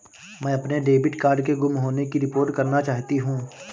मैं अपने debit card के गुम होने की रिपोर्ट करना चाहती हूँ